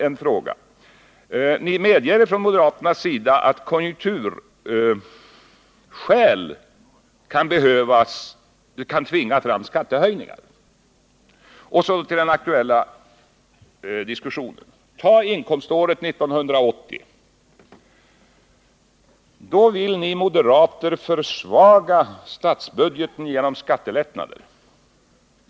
En fråga till Gösta Bohman: Ni moderater medger väl att konjunkturskäl kan tvinga fram skattehöjningar? Och så till den aktuella diskussionen. Tag inkomståret 1980! Då vill ni moderater försvaga statsbudgeten genom skattelättnader.